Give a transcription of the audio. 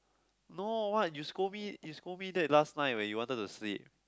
no what you scold me you scold me that last night when you wanted to sleep